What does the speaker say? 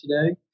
today